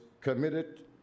committed